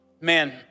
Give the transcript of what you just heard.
Man